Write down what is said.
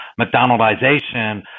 mcdonaldization